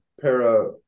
para